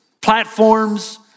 platforms